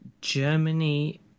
Germany